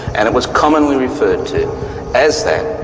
and it was commonly referred to as that